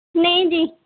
ਨਹੀਂ ਜੀ